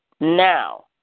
now